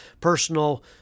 personal